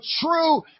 true